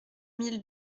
mille